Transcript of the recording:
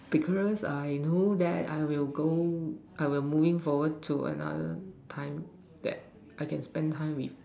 because I know that I will go moving forward to another time that I can spend time with